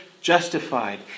justified